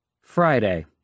Friday